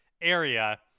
area